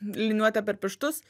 liniuote per pirštus